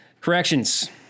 Corrections